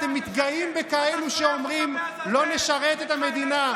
אתם מתגאים בכאלה שאומרים: לא נשרת את המדינה.